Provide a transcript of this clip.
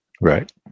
Right